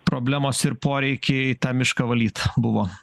problemos ir poreikiai tą mišką valyt buvo